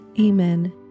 Amen